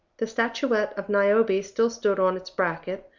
the statuette of niobe still stood on its bracket,